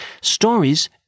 Stories